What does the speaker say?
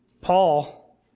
Paul